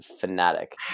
fanatic